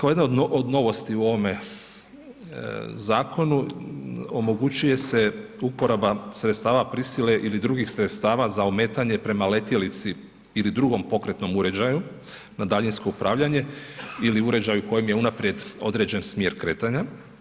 Po jednoj od novosti u ovome zakonu, omogućuje se uporaba sredstava prisile ili drugih sredstava za ometanje prema letjelici ili drugom pokretnom uređaju na daljinsko upravljanje ili uređaju kojem je unaprijed određen smjer kretanja.